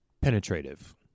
penetrative